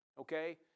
okay